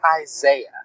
Isaiah